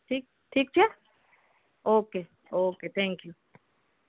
ઠીક ઠીક છે ઓકે ઓકે થેન્ક્યુ